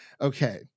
okay